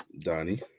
Donnie